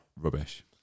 rubbish